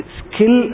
skill